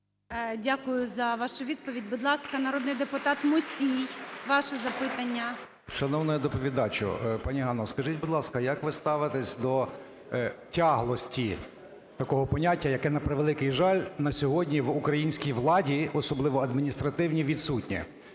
Дякую за вашу відповідь. Будь ласка, народний депутат Мусій, ваше запитання. 16:29:03 МУСІЙ О.С. Шановний доповідачу, пані Ганно, скажіть, будь ласка, як ви ставитеся до "тяглості" – такого поняття, яке, на превеликий жаль, на сьогодні в українській владі, особливо адміністративній, відсутнє?